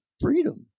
freedom